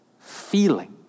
feeling